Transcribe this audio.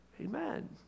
amen